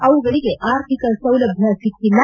ಅವುಗಳಿಗೆ ಆರ್ಥಿಕ ಸೌಲಭ್ಯ ಸಿಕ್ಕಿಲ್ಲ